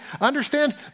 understand